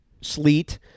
sleet